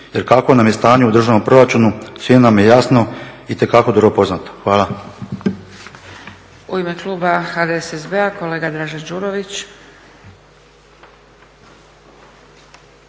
jer kakvo nam je stanje u državnom proračunu sve nam je jasno, itekako dobro poznato. Hvala.